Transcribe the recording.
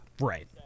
right